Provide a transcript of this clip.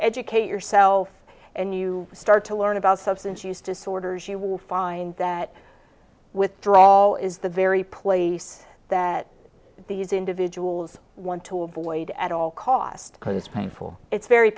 educate yourself and you start to learn about substance use disorders you will find that withdrawal is the very place that these individuals want to avoid at all cost